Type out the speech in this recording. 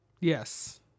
Yes